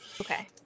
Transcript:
Okay